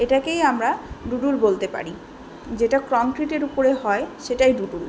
এটাকেই আমরা ডুডুল বলতে পারি যেটা কংক্রিটের উপরে হয় সেটাই ডুডুল